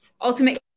Ultimate